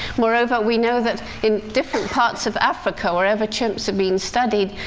moreover, we know that in different parts of africa, wherever chimps have been studied,